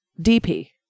DP